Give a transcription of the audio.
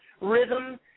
rhythm